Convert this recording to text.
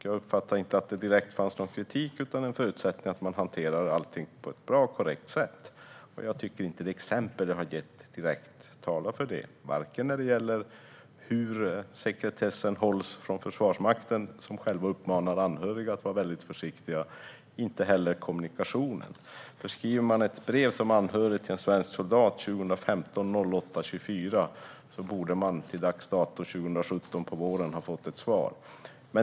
Jag uppfattar inte att det direkt fanns någon kritik utan en förutsättning att man hanterar allt på ett bra och korrekt sätt. Jag tycker inte att de exempel jag har gett direkt talar för det, varken för hur sekretessen hålls från Försvarsmakten, som själv uppmanar anhöriga att vara försiktiga, eller för kommunikationen. Om en anhörig till en soldat skriver ett brev daterat den 24 augusti 2015 borde den anhörige till dags dato 2017 på våren ha fått ett svar.